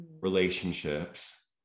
relationships